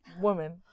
woman